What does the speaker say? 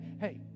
hey